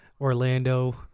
orlando